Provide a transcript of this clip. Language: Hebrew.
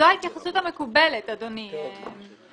זו ההתייחסות המקובלת לניגוד עניינים.